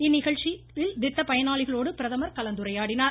இந்நிகழ்ச்சியில் திட்ட பயனாளிகளோடு பிரதமர் கலந்துரையாடினார்